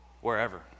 wherever